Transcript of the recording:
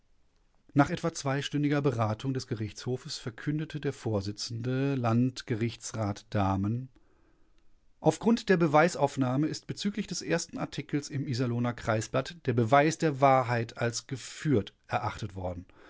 nach etwa zweistündiger beratung des gerichtshofes verkündete der vorsitzende landgerichtsrat dahmen auf grund der beweisaufnahme ist bezüglich des ersten artikels im iserlohner kreisblatt der beweis der wahrheit als geführt erachtet worden